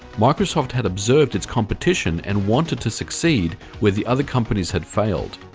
microsoft had observed its competition and wanted to succeed where the other companies had failed.